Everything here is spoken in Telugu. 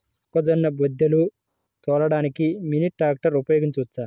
మొక్కజొన్న బోదెలు తోలడానికి మినీ ట్రాక్టర్ ఉపయోగించవచ్చా?